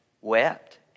wept